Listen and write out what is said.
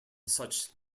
such